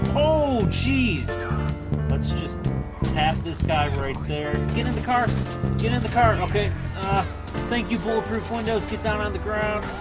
oh geez let's just tap this guy right there get in the car get in the car okay thank you bulletproof windows get down on the ground